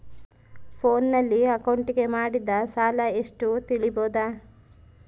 ಫೋನಿನಲ್ಲಿ ಅಕೌಂಟಿಗೆ ಮಾಡಿದ ಸಾಲ ಎಷ್ಟು ತಿಳೇಬೋದ?